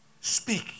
Speak